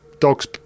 dogs